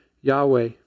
Yahweh